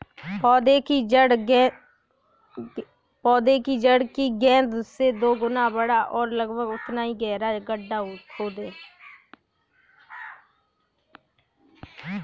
पौधे की जड़ की गेंद से दोगुना बड़ा और लगभग उतना ही गहरा गड्ढा खोदें